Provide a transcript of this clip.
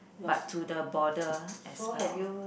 but to the border as well